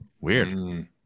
weird